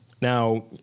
Now